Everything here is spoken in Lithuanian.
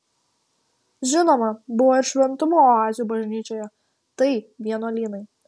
žinoma buvo ir šventumo oazių bažnyčioje tai vienuolynai